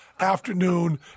Afternoon